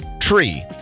tree